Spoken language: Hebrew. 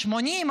80,